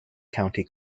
county